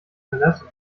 verlassen